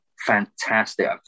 Fantastic